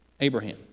Abraham